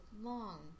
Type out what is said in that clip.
long